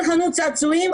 כל חנות צעצועים,